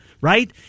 Right